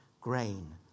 grain